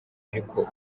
ariko